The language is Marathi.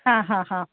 हां हां हां